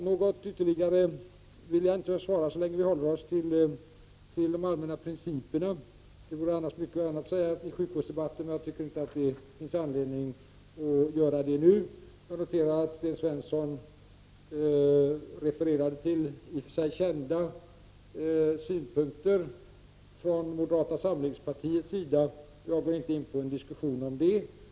Något ytterligare vill jag inte säga så länge vi håller oss till de allmänna principerna. Det finns annars mycket att säga i sjukvårdsdebatten. Men jag tycker inte att det finns anledning att säga det nu. Jag noterar att Sten Svensson refererade till i och för sig kända synpunkter från moderata samlingspartiets sida. Jag går inte in på en diskussion om det.